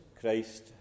Christ